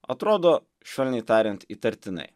atrodo švelniai tariant įtartinai